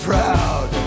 Proud